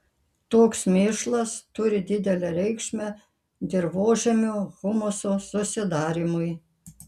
toks mėšlas turi didelę reikšmę dirvožemio humuso susidarymui